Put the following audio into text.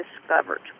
discovered